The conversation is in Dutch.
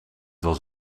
was